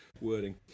wording